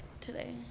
today